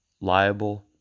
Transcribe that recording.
liable